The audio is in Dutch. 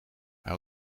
hij